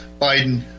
Biden